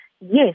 Yes